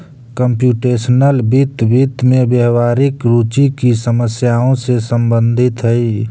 computational वित्त, वित्त में व्यावहारिक रुचि की समस्याओं से संबंधित हई